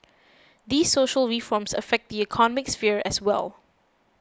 these social reforms affect the economic sphere as well